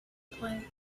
play